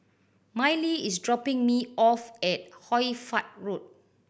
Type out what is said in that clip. Mylee is dropping me off at Hoy Fatt Road